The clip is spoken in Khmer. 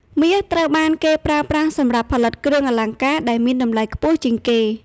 មាសត្រូវបានគេប្រើប្រាស់សម្រាប់ផលិតគ្រឿងអលង្ការដែលមានតម្លៃខ្ពស់ជាងគេ។